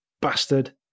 Bastard